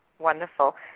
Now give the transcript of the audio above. Wonderful